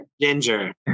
ginger